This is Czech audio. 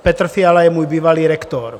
Petr Fiala je můj bývalý rektor.